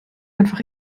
einfach